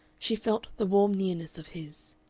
she felt the warm nearness of his.